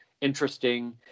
interesting